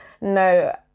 no